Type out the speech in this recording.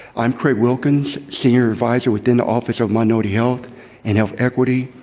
i'm craig wilkins, senior advisor within the office of minority health and health equity,